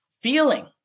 feeling